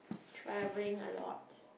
travelling a lot